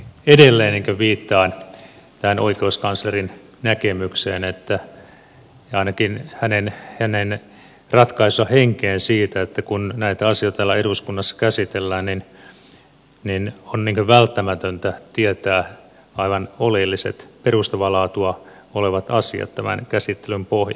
eli edelleen viittaan tähän oikeuskanslerin näkemykseen ja ainakin hänen ratkaisunsa henkeen siinä että kun näitä asioita täällä eduskunnassa käsitellään niin on välttämätöntä tietää aivan oleelliset perustavaa laatua olevat asiat tämän käsittelyn pohjaksi